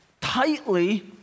tightly